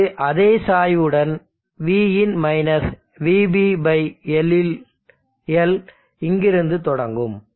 இது அதே சாய்வு உடன் vin vBL இங்கிருந்து தொடங்கும்